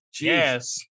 Yes